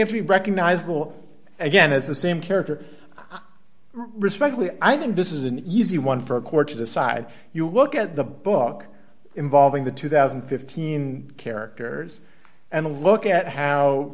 be recognizable again as the same character respectively i think this is an easy one for a court to decide you look at the book involving the two thousand and fifteen characters and look at how